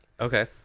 Okay